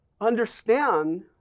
understand